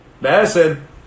Madison